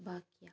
பாக்கியா